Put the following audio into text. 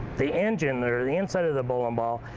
the engine, or the inside of the bowling ball,